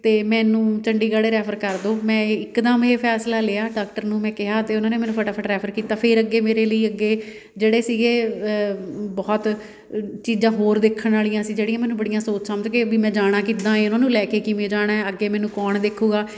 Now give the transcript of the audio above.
ਅਤੇ ਮੈਨੂੰ ਚੰਡੀਗੜ੍ਹ ਰੈਫਰ ਮੈਂ ਇੱਕਦਮ ਇਹ ਫੈਸਲਾ ਲਿਆ ਡਾਕਟਰ ਨੂੰ ਮੈਂ ਕਿਹਾ ਅਤੇ ਉਹਨਾਂ ਨੇ ਮੈਨੂੰ ਫਟਾਫਟ ਰੈਫਰ ਕੀਤਾ ਫਿਰ ਅੱਗੇ ਮੇਰੇ ਲਈ ਅੱਗੇ ਜਿਹੜੇ ਸੀਗੇ ਬਹੁਤ ਚੀਜ਼ਾਂ ਹੋਰ ਦੇਖਣ ਵਾਲੀਆਂ ਸੀ ਜਿਹੜੀਆਂ ਮੈਨੂੰ ਬੜੀਆਂ ਸੋਚ ਸਮਝ ਕੇ ਵੀ ਮੈਂ ਜਾਣਾ ਕਿੱਦਾਂ ਹੈ ਉਹਨਾਂ ਨੂੰ ਲੈ ਕੇ ਕਿਵੇਂ ਜਾਣਾ ਅੱਗੇ ਮੈਨੂੰ ਕੌਣ ਦੇਖੇਗਾ